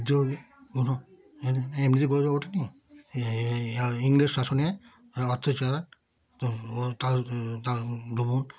বিদ্রোহগুলি কোনো এমনি এমনিতে গড়ে তো ওঠেনি ইংরেজ শাসনে অত্যাচার তার তার উদ্ভাবন